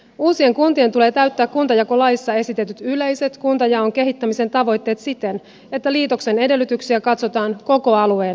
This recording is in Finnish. uusien kuntien tulee täyttää kuntajakolaissa esitetyt yleiset kuntajaon kehittämisen tavoitteet siten että liitoksen edellytyksiä katsotaan koko alueen näkökulmasta